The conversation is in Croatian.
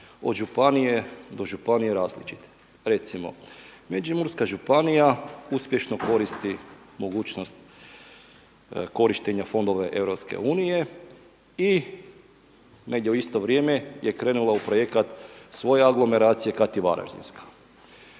od županije do županije različit. Recimo Međimurska županija uspješno koristi mogućnost korištenja fondova EU i negdje u isto vrijeme je krenula u projekat svoje anglomeracije kad i Varaždinska.